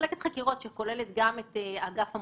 מחלקת חקירות, שכוללת גם את אגף המודיעין,